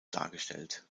dargestellt